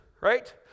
right